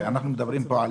אנחנו מדברים פה על